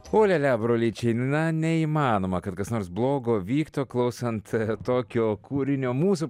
olialia brolyčiai na neįmanoma kad kas nors blogo vyktų klausant tokio kūrinio mūsų